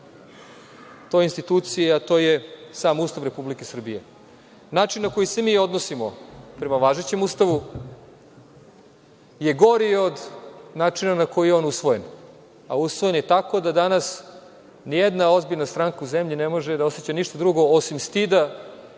toj instituciji, a to je sam Ustav Republike Srbije. Način na koji se mi odnosima prema važećem Ustavu je gori od načina na koji je on usvojen, a usvojen je tako da danas ni jedna ozbiljna stranka u zemlji ne može da oseća ništa drugo osim stida